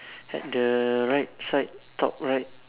at the right side top right